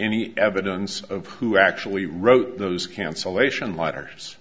any evidence of who actually wrote those cancellation letters